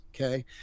Okay